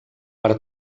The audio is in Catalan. per